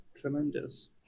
tremendous